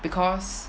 because